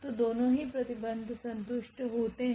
तो दोनों ही प्रतिबंध संतुष्ट होते हैं